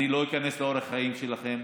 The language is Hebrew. אני לא איכנס לאורח החיים שלכם.